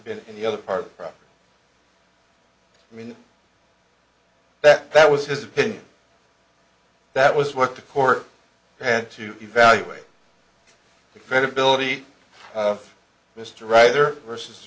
been in the other part i mean that that was his opinion that was worked a court had to evaluate the credibility of mr writer versus